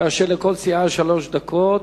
ולכל סיעה שלוש דקות.